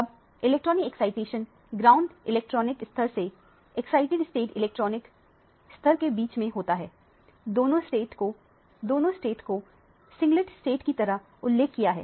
अब electronic excitation ground electronic स्तर से एक्साइटिड स्टेट इलेक्ट्रॉनिक स्तर के बीच में होता है दोनों स्टेट्स को सिंगलेट स्टेट की तरह उल्लेख किया है